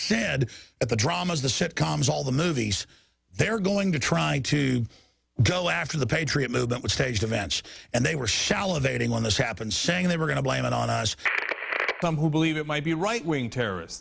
said at the dramas the sitcoms all the movies they're going to try to go after the patriot movement which staged events and they were shallow dating on this happened saying they were going to blame it on us who believe it might be a right wing terrorist